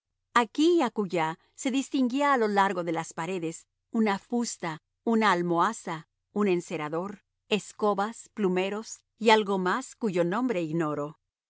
aquí y acullá se distinguía a lo largo de las paredes una fusta una almohaza un encerador escobas plumeros y algo más cuyo nombre ignoro el